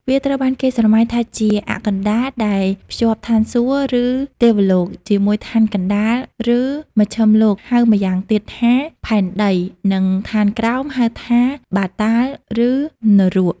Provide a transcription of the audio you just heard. វាត្រូវបានគេស្រមៃថាជា "អ័ក្សកណ្តាល" ដែលភ្ជាប់ឋានសួគ៌ ឬ ទេវលោក ជាមួយឋានកណ្តាល ឬ មជ្ឈិមលោក ហៅម៉្យាងទៀតថា ផែនដី និងឋានក្រោម ហៅថា បាតាល ឬនរក។